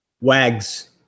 Wags